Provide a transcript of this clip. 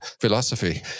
philosophy